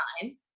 time